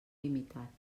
limitat